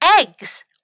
eggs